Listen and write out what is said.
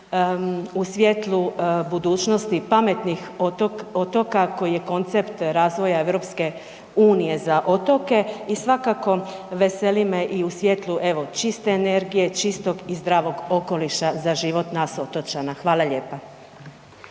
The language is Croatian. u svjetlu budućnosti pametnih otoka koji je koncept razvoja EU za otoke. I svakako veseli me i u svijetlu, evo čiste energije, čistog i zdravog okoliša za život nas otočana. Hvala lijepa.